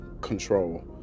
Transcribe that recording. control